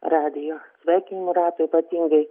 radijo sveikinimų rato ypatingai